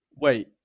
Wait